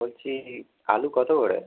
বলছি আলু কতো করে